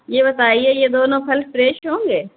یہ بتائیے یہ دونوں پھل فریشڈ ہوں گے